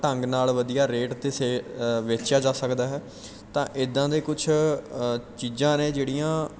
ਢੰਗ ਨਾਲ ਵਧੀਆ ਰੇਟ 'ਤੇ ਸੇ ਵੇਚਿਆ ਜਾ ਸਕਦਾ ਹੈ ਤਾਂ ਇੱਦਾਂ ਦੇ ਕੁਛ ਚੀਜ਼ਾਂ ਨੇ ਜਿਹੜੀਆਂ